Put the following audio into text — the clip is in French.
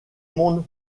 monde